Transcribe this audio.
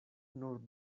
nur